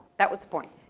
that was the point.